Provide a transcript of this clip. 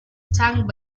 stung